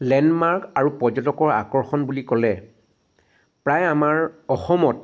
landmark আৰু পৰ্যটনৰ আকৰ্ষণ বুলি ক'লে প্ৰায় আমাৰ অসমত